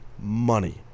money